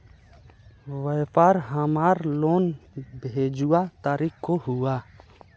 व्यापार हमार लोन भेजुआ तारीख को हुआ?